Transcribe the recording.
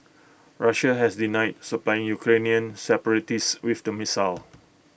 Russia has denied supplying Ukrainian separatists with the missile